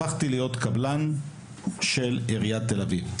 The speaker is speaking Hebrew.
הפכתי להיות קבלן של עיריית תל אביב,